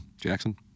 Jackson